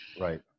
Right